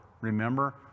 remember